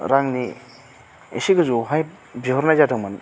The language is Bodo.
रांनि एसे गोजौआवहाय बिहरनाय जादोंमोन